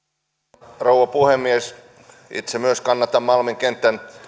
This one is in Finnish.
arvoisa rouva puhemies itse myös kannatan malmin kentän